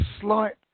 slight